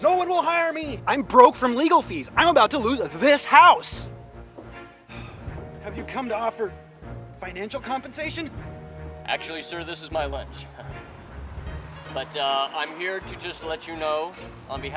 no one will hire me i'm broke from legal fees i'm about to lose this house have you come to offer financial compensation actually sort of this is my life but i'm here to just let you know